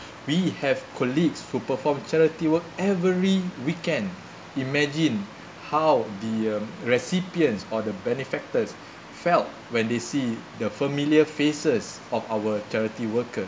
we have colleagues who perform charity work every weekend imagine how the um recipients or the benefactors felt when they see the familiar faces of our charity worker